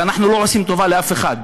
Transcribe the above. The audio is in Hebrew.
ואנחנו לא עושים טובה לאף אחד,